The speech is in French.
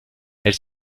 elle